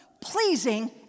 pleasing